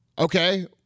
Okay